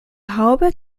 haube